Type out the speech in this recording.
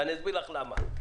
ואני אסביר לך למה.